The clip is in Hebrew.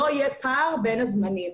לא יהיה פער בין הזמנים,